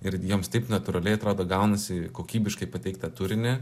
ir jiems taip natūraliai atrodo gaunasi kokybiškai pateikt tą turinį